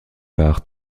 par